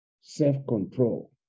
self-control